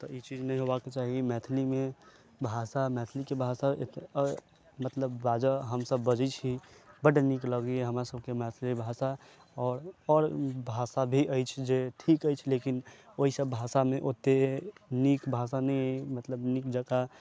तऽ ई चीज नहि होयबाक चाही मैथिली मे भाषा मैथिली के भाषा अछि मतलब बाजऽ हमसब बजै छी बड्ड नीक लगैया हमरा सबके मैथिली भाषा आओर भाषा भी अछि जे ठीक अछि लेकिन ओहिसब भाषा मे ओते नीक भाषा नहि मतलब नीक जेकाँ